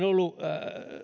ollut